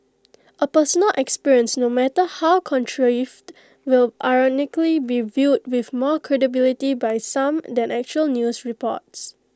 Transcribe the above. A personal experience no matter how contrived will ironically be viewed with more credibility by some than actual news reports